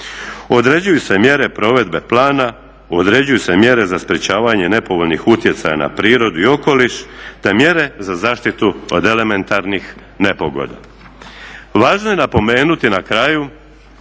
Određuju se mjere provedbe plana, određuju se mjere za sprečavanje nepovoljnih utjecaja na prirodu i okoliš te mjere za zaštitu od elementarnih nepogoda. Važno je napomenuti na kraju